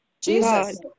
Jesus